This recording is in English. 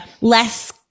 less